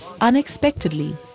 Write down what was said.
Unexpectedly